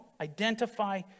Identify